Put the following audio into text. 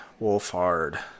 Wolfhard